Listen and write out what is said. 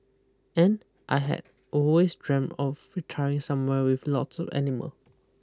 and I had always dreamed of retiring somewhere with lots of animal